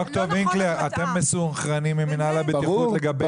ד"ר וינקלר אתם מסונכרנים עם מינהל הבטיחות לגבי התלונות שאתם מקבלים?